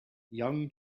young